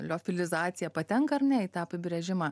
liofilizacija patenka ar ne į tą apibrėžimą